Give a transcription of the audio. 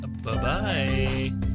Bye-bye